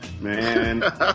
Man